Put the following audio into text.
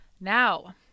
Now